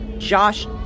Josh